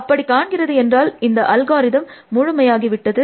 அப்படி காண்கிறது என்றால் இந்த அல்காரிதம் முழுமையாகி விட்டது